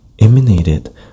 emanated